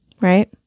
right